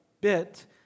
bit